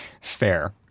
Fair